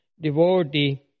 devotee